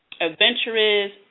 adventurous